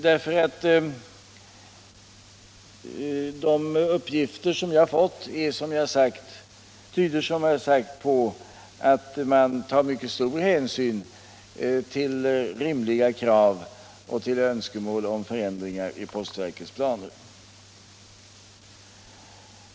De uppgifter jag har fått tyder som jag sagt på att man tar mycket stor hänsyn till rimliga krav och önskemål om förändringar i postverkets planer.